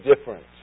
different